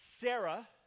Sarah